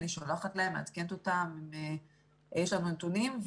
אני שולחת להם, מעדכנת אותם אם יש לנו נתונים.